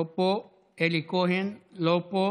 לא פה, אלי כהן, לא פה,